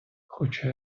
хоча